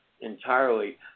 entirely